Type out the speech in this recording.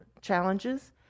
challenges